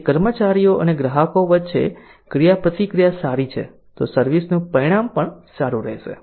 તેથી કર્મચારીઓ અને ગ્રાહકો વચ્ચે ક્રિયાપ્રતિક્રિયા સારી છે તો સર્વિસ નું પરિણામ પણ સારું રહેશે